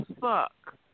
fuck